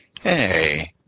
Hey